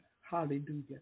Hallelujah